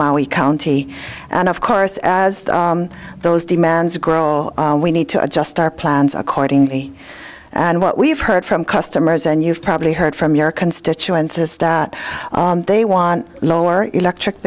maui county and of course as those demands grow we need to adjust our plans accordingly and what we've heard from customers and you've probably heard from your constituents is that they want lower electric